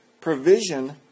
provision